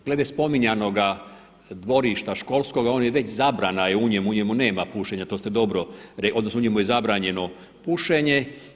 Glede spominjanoga dvorišta školskoga on je već, zabrana je u njemu, u njemu nema pušenja, to ste dobro, odnosno u njemu je zabranjeno pušenje.